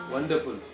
Wonderful